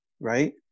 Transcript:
Right